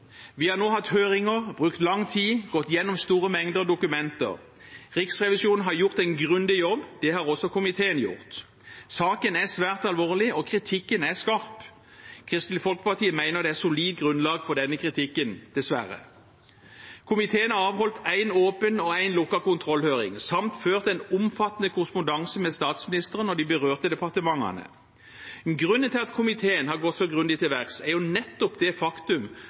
Vi har nå hatt høringer, brukt lang tid, gått gjennom store mengder dokumenter. Riksrevisjonen har gjort en grundig jobb, det har også komiteen gjort. Saken er svært alvorlig, og kritikken er skarp. Kristelig Folkeparti mener det er solid grunnlag for denne kritikken, dessverre. Komitéen har avholdt én åpen og én lukket kontrollhøring samt ført en omfattende korrespondanse med statsministeren og de berørte departementene. Grunnen til at komiteen har gått så grundig til verks, er nettopp det faktum